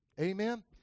Amen